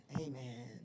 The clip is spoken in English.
amen